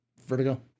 vertigo